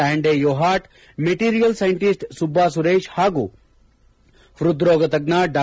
ಅಂಡೆ ಯೋಹಾಟ್ ಸ್ಟ material scientist Subba Suresh ಹಾಗೂ ಹೃದ್ರೋಗತಜ್ಞ ಡಾ